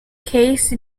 case